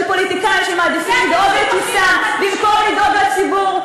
פוליטיקאים שמעדיפים לדאוג לכיסם במקום לדאוג לציבור,